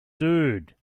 dude